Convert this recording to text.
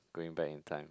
going back in time